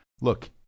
look